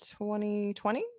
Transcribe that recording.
2020